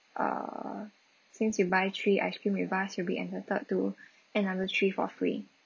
err since you buy three ice cream with us you'll be entitled to another three for free